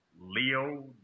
Leo